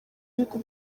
bihugu